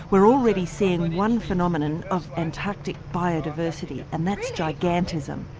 we're already seeing one phenomenon of antarctic biodiversity and that's gigantism.